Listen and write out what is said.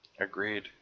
Agreed